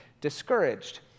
discouraged